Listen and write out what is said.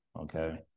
Okay